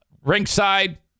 ringside